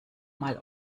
mal